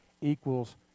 equals